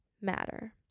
matter